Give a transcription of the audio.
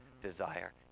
desire